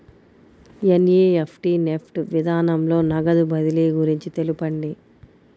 NEFT NEFT విధానంలో నగదు బదిలీ గురించి తెలుపండి?